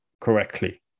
correctly